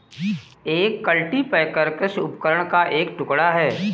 एक कल्टीपैकर कृषि उपकरण का एक टुकड़ा है